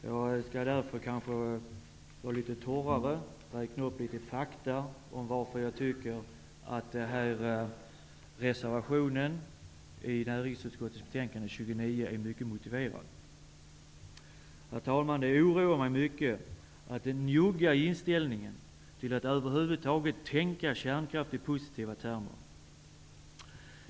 Jag skall därför vara litet torrare och räkna upp några fakta om varför jag tycker att reservationen till näringsutskottets betänkande 29 är mycket motiverad. Herr talman! Den njugga inställningen till att över huvud taget tänka på kärnkraft i positiva termer oroar mig mycket.